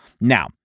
Now